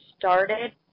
started